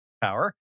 power